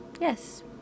yes